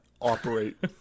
Operate